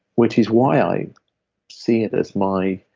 which is why um i see it as my